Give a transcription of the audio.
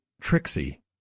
Trixie